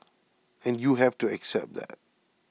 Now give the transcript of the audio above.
and you have to accept that